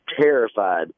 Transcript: terrified